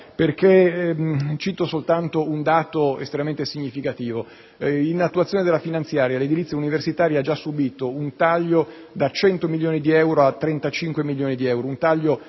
perché - cito soltanto un dato estremamente significativo - in attuazione della finanziaria, l'edilizia universitaria ha già subito un pesantissimo taglio di risorse da 100 milioni di euro a 35 milioni di euro.